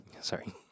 Sorry